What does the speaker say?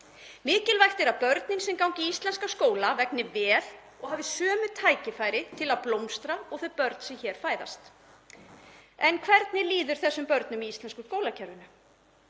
Mikilvægt að börnum sem ganga í íslenska skóla vegni vel og hafi sömu tækifæri til að blómstra og þau börn sem hér fæðast. En hvernig líður þessum börnum í íslenska skólakerfinu?